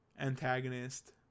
antagonist